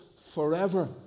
forever